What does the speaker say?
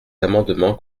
amendements